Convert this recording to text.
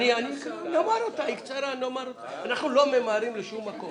נציג אותה, היא קצרה, אנחנו לא ממהרים לשום מקום.